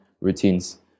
routines